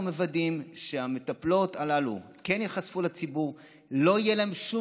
מוודאים שהמטפלות הללו כן ייחשפו לציבור ולא תהיה להן שום